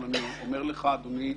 אבל אני אומר לך: אדוני,